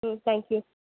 ம் thank you